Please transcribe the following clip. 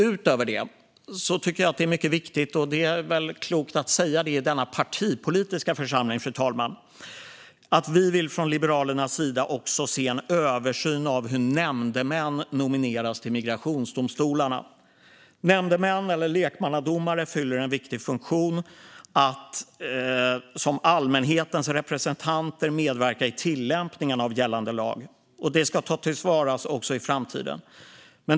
Utöver det tycker vi i Liberalerna att det är mycket viktigt - det är väl klokt att säga det i denna partipolitiska församling, fru talman - att det görs en översyn av hur nämndemän nomineras till migrationsdomstolarna. Nämndemän, eller lekmannadomare, fyller en viktig funktion att som allmänhetens representanter medverka i tillämpningen av gällande lag. Detta ska tas till vara också i framtiden.